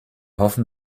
hoffen